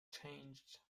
changed